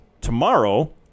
tomorrow